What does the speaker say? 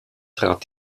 trat